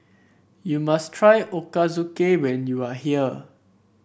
you must try Ochazuke when you are here